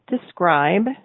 describe